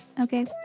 okay